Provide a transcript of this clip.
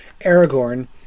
Aragorn